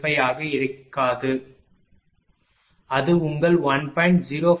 055 ஆக இருக்காது அது உங்கள் 1